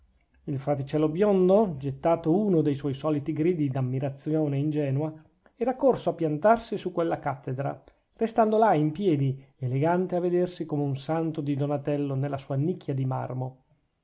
il fraticello biondo gettato uno de suoi soliti gridi d'ammirazione ingenua era corso a piantarsi su quella cattedra restando là in piedi elegante a vedersi come un santo di donatello nella sua nicchia di marmo